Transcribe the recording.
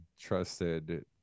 trusted